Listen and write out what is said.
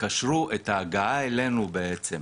קשרו את ההגעה אלינו בעצם.